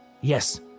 Yes